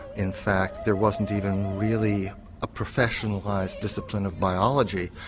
in fact there wasn't even really a professionalised discipline of biology.